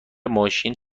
ماشین